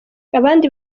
abandi